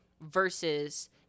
versus